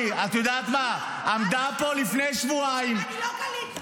אבל לגבי הטייסים,